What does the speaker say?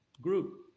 group